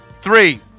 Three